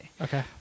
Okay